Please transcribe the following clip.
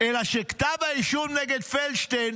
אלא שכתב האישום נגד פלדשטיין